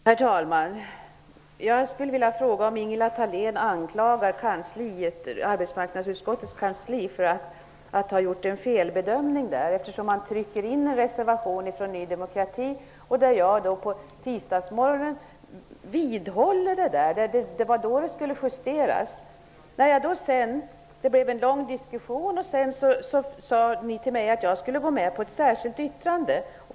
Herr talman! Jag skulle vilja fråga om Ingela Thalén anklagar arbetsmarknadsutskottets kansli för att ha gjort en felbedömning. Man har ju skrivit in en reservation från Ny demokrati. På tisdagsmorgonen när protokollet skulle justeras vidhöll jag mitt ställningstagande. Det blev en lång diskussion. Därefter blev jag tillsagd att jag skulle gå med på ett särskilt yttrande.